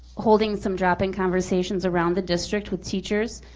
holding some drop-in conversations around the district with teachers.